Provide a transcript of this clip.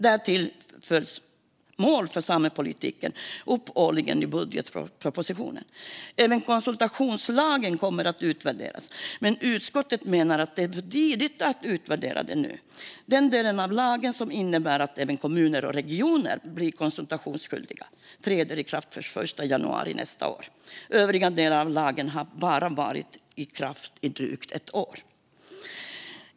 Därtill följs mål för samepolitiken årligen upp i budgetpropositionen. Även konsultationslagen kommer att utvärderas, men utskottet menar att det är för tidigt att göra det nu. Den del av lagen som innebär att även kommuner och regioner blir konsultationsskyldiga träder i kraft först den 1 januari nästa år. Övriga delar av lagen har bara varit i kraft i drygt ett år.